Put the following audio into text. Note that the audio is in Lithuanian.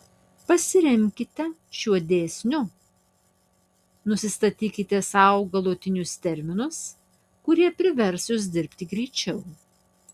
pasiremkite šiuo dėsniu nusistatykite sau galutinius terminus kurie privers jus dirbti greičiau